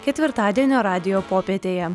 ketvirtadienio radijo popietėje